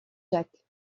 jacques